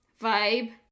vibe